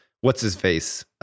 What's-His-Face